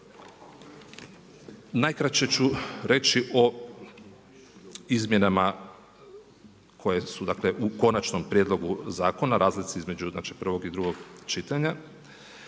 Najkraće ću reći o izmjenama koje su dakle u konačnom prijedlogu zakona, razlici između znači prvog i drugog čitanja.